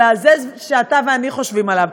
אלא זה שאתה ואני חושבים עליו,